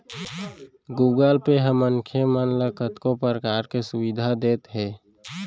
Google pay ह मनखे मन ल कतको परकार के सुभीता देत हे